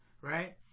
right